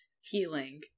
healing